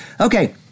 Okay